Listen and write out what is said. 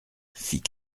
fit